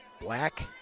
black